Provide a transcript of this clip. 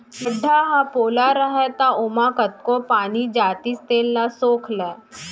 गड्ढ़ा ह पोला रहय त ओमा कतको पानी जातिस तेन ल सोख लय